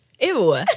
Ew